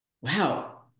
Wow